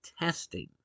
testing